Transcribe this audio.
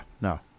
no